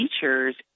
teachers